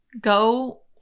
Go